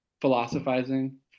philosophizing